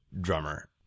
drummer